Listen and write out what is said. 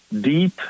deep